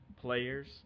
players